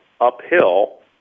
uphill